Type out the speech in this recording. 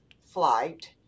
flight